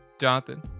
Jonathan